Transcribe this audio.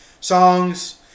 songs